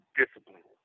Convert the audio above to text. discipline